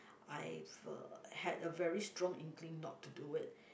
I have a had a very strong inkling not to do it